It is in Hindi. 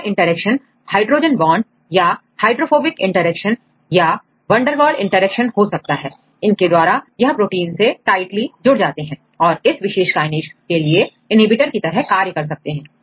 यह इंटरेक्शन हाइड्रोजन बांड या हाइड्रोफोबिक इंटरेक्शंस या वंडरवॉल इंटरेक्शन हो सकता है इनके द्वारा यह प्रोटीन से टाइटली जुड़ जाते हैं और इस विशेष kinase के लिएinhibitor की तरह कार्य करते हैं